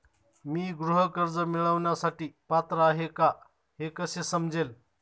मी गृह कर्ज मिळवण्यासाठी पात्र आहे का हे कसे समजेल?